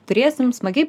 turėsim smagiai